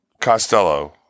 Costello